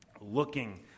Looking